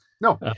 No